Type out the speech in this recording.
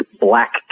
black